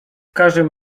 każdym